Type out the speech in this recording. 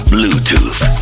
Bluetooth